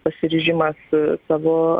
pasiryžimas savo